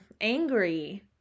angry